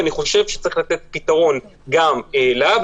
אני חושב שצריך לתת פתרון גם להבא,